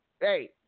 Hey